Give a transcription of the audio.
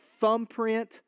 thumbprint